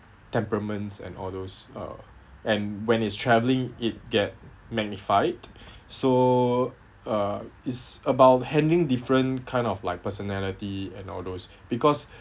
temperaments and all those uh and when it's travelling it get magnified so uh it's about handling different kind of like personality and all those because